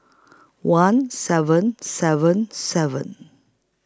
one seven seven seven